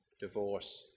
divorce